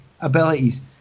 abilities